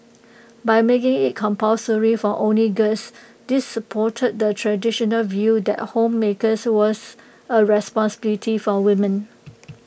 by making IT compulsory for only girls this supported the traditional view that homemakers was A responsibility for women